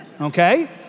Okay